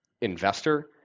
investor